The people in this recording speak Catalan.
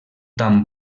tan